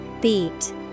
Beat